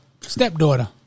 stepdaughter